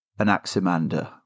Anaximander